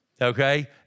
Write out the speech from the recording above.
Okay